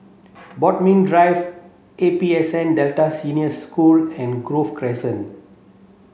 Bodmin Drive A P S N Delta Senior School and Grove Crescent